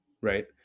right